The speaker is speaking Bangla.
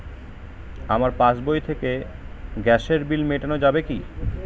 আমার পাসবই থেকে গ্যাসের বিল মেটানো যাবে কি?